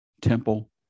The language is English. Temple